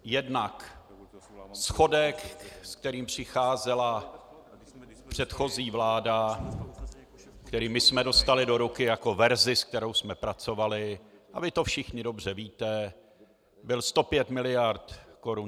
Jednak schodek, s kterým přicházela předchozí vláda, který my jsme dostali do ruky jako verzi, s kterou jsme pracovali, a vy to všichni dobře víte, byl 105 mld. korun.